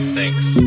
Thanks